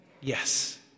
yes